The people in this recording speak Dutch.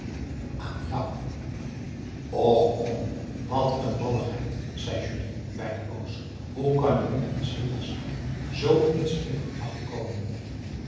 aan jou och kom wat n malligheid zei julie bijna boos hoe kan je nu in s hemelsnaam zooiets in de gedachten komen